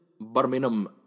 Birmingham